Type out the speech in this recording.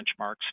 benchmarks